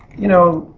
you know.